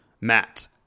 Matt